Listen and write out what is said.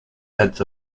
heads